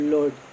Lord